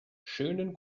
schönen